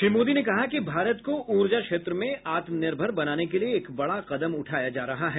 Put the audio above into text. श्री मोदी ने कहा कि भारत को ऊर्जा क्षेत्र में आत्मनिर्भर बनाने के लिए एक बड़ा कदम उठाया जा रहा है